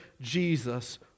Jesus